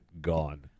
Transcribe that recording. gone